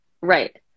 right